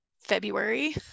February